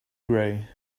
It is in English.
gray